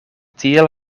tiel